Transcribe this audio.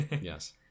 Yes